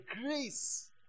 grace